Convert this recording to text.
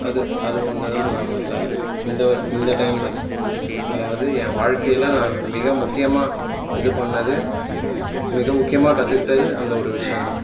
அது அது ஒன்று தான் நான் நல்ல இந்த இந்த டைமில் அதாவது என் வாழ்க்கையில் நான் மிக முக்கியமாக இது பண்ணிணது மிக முக்கியமாக கற்றுக்கிட்டது அந்த ஒரு விஷயம் தான்